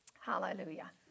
Hallelujah